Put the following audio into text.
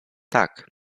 tak